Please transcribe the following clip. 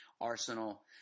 Arsenal